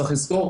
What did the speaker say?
צריך לזכור,